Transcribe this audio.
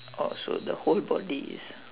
orh so the whole body is